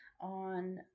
on